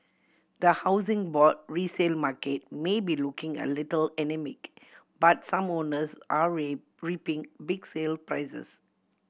the Housing Board resale market may be looking a little anaemic but some owners are reaping big sale prices